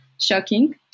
shocking